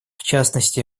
частности